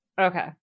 Okay